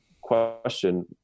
question